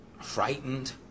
frightened